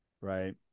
right